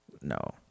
No